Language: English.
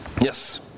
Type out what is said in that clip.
yes